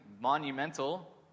monumental